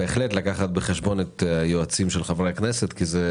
לקחת בחשבון את היועצים של חברי הכנסת כי זה